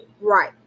right